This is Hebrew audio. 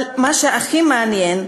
אבל מה שהכי מעניין,